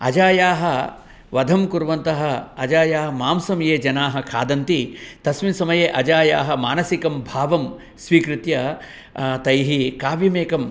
अजायाः वधं कुर्वन्तः अजायाः मांसं ये जनाः खादन्ति तस्मिन् समये अजायाः मानसिकं भावं स्वीकृत्य तैः काव्यमेकम्